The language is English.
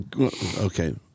Okay